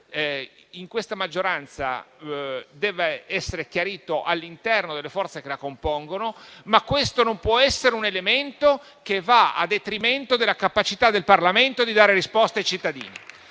in questa maggioranza, esso debba essere chiarito all'interno delle forze che la compongono, ma questo non può essere un elemento che va a detrimento della capacità del Parlamento di dare risposte ai cittadini.